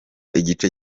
igice